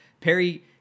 Perry